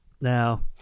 Now